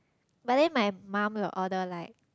but then my mum will order like